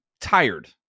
tired